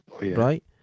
Right